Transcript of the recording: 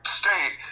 state